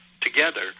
together